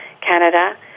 Canada